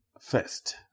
first